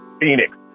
Phoenix